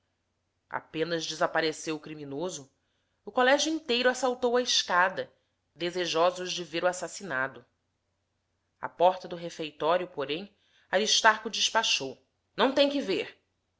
apenas desapareceu o criminoso o colégio inteiro assaltou a escada desejosos de ver o assassinado à porta do refeitório porém aristarco despachou não têm que ver